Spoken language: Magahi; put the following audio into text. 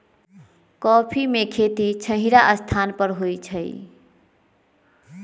कॉफ़ी में खेती छहिरा स्थान पर होइ छइ